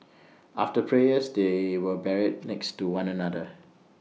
after prayers they were buried next to one another